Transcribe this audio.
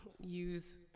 use